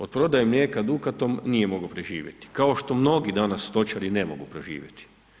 Od prodaje mlijeka Dukatu nije mogao preživjeti, kao što mnogi danas stočari ne mogu preživjeti.